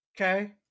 okay